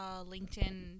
LinkedIn